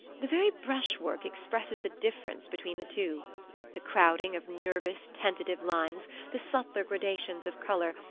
the very brush-work expresses the difference between the two the crowding of nervous tentative lines, the subtler gradations of color,